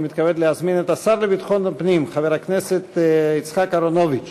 אני מתכבד להזמין את השר לביטחון הפנים חבר הכנסת יצחק אהרונוביץ